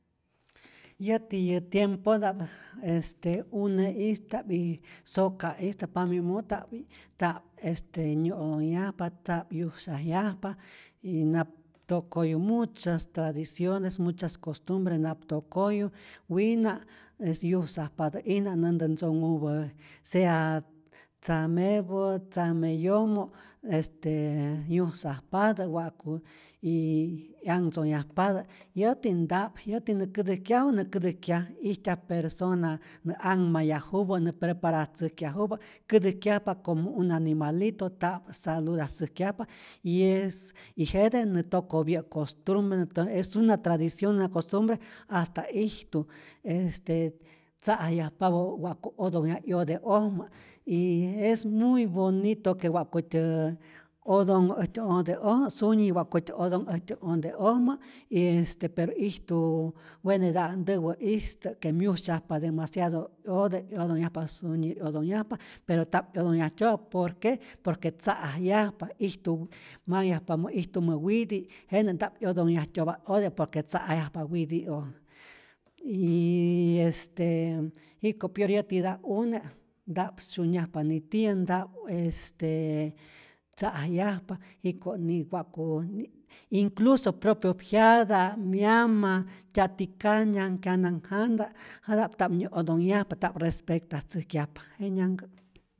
Yäti yä tiempota'p este une'ista'p y soka'ista'p, pam'yomo' ta'p ta'p este nyä'otonhyajpa ta'p, ta'p myusyajyajpa y nap tokoyu muchas tradiciones, mucha costumbres nap tokoyu, wina' yusajpatä'ijna näntä ntzonhupä sea tzamepät, tzame yomo', este yusajpatä wa'ku y 'yanhtzonhyajpatä, yäti nta'p, yäti nä kätäjkyaju, nä kätäjkyaj, ijtyaj persona nä anhmayajupä, nä preparatzäjkyajupä kätäjkyajpa como un animalito, ta'p saludatzäjkyajpa y es y jete nä tokopyä' costumbre, ntä es una tradicion, es una costumbre, hasta ijtu este tza'ajyajpapä wa'ku otonhyaj 'yote'ojmä y es muy bonito que wa'kutyä otonhu äjtyä onte'oj, sunyi wa'kutyä otonh äjtyä onte'ojmä y este pero ijtu weneta' ntäwä'istä que myusyajpa demaciado 'yote, 'yotonhyajpa sunyi, 'yotonhyajpa pero ta'p 'yotonhyajtyo'pa por que, por que tza'ajyajpa, ijtu manhyajpamä itumä witi', jenä nta'p 'yotonhyajtyo'pa ote por que tza'ajyajpa witi'oj, yyy este jiko pior yätita'p une ta'p syunyajpa nitiyä, ta'p este tza'ajyajpa, jiko' ni wa'ku incluso propio jyata', myama, tyatikanya'k, kyanahjata', jata'p ta'p nyä'otonyajpa, ta'p respectatzäjkyajpa, jenyanhkä'